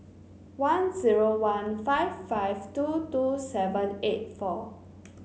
one zero one five five two two seven eight four